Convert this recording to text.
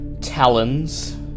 talons